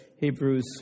Hebrews